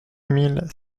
mille